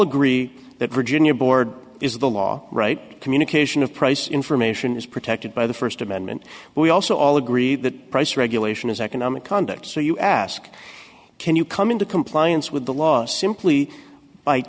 agree that virginia board is the law right communication of price information is protected by the first amendment we also all agree that price regulation is economic conduct so you ask can you come into compliance with the law simply by